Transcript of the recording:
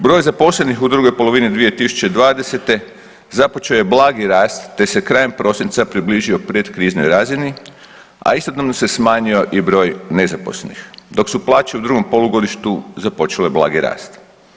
Broj zaposlenih u drugoj polovini 2020. započeo je blagi rast, te se krajem prosinca približio pretkriznoj razini, a istodobno se smanjio i broj nezaposlenih, dok su plaće u drugom polugodištu započele blagi rast.